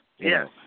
Yes